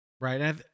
Right